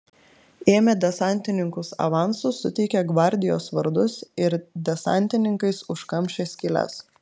ėmė desantininkus avansu suteikė gvardijos vardus ir desantininkais užkamšė skyles